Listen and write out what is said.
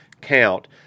count